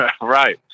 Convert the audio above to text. Right